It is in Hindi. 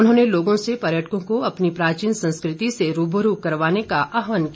उन्होंने लोगों से पर्यटकों को अपनी प्राचीन संस्कृति से रूबरू करवाने का आहवान किया